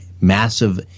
massive